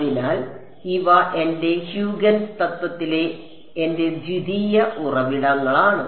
അതിനാൽ ഇവ എന്റെ ഹ്യൂഗൻസ് തത്വത്തിലെ എന്റെ ദ്വിതീയ ഉറവിടങ്ങളാണ്